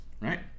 Right